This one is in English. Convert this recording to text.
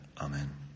Amen